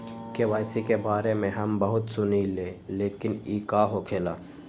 KYC के बारे में हम बहुत सुनीले लेकिन इ का होखेला?